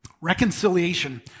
reconciliation